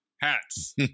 hats